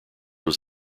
was